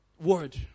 word